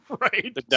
right